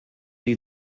die